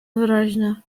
wyraźne